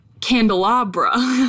candelabra